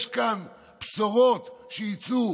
יש כאן בשורות שיצאו